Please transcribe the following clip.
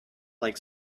like